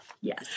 Yes